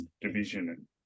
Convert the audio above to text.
division